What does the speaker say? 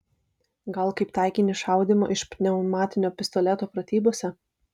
gal kaip taikinį šaudymo iš pneumatinio pistoleto pratybose